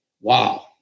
wow